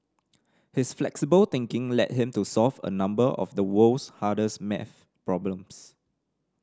his flexible thinking led him to solve a number of the world's hardest maths problems